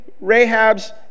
Rahab's